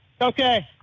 Okay